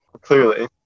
Clearly